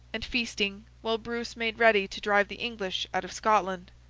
and feasting, while bruce made ready to drive the english out of scotland.